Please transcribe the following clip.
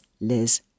Liz